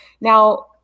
Now